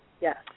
Yes